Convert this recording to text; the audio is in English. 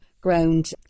ground